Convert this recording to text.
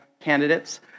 candidates